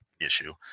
issue